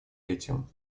этим